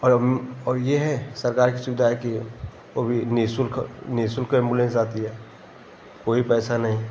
और और यह है सरकार की सुविधा है कि वो भी निःशुल्क निःशुल्क एम्बुलेंस आती है कोई पैसा नहीं